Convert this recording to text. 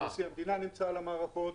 נשיא המדינה נמצא על המערכות,